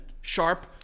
sharp